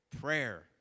prayer